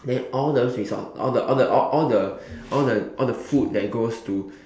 then all those resource all the all the all the all the all the food that goes to